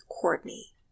Courtney